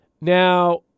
Now